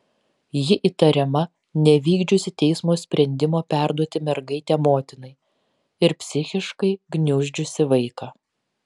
ji įtariama nevykdžiusi teismo sprendimo perduoti mergaitę motinai ir psichiškai gniuždžiusi vaiką